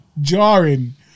jarring